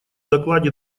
докладе